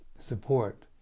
support